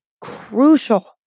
crucial